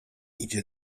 idzie